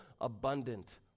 abundant